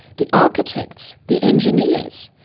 the architects, the engineers,